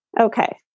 Okay